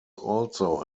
also